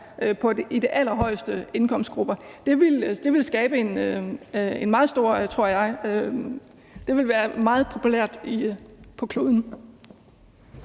i de allerhøjeste indkomstgrupper. Det ville, tror jeg, være meget populært på kloden.